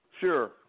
Sure